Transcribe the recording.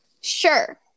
Sure